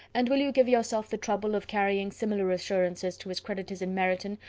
and will you give yourself the trouble of carrying similar assurances to his creditors in meryton,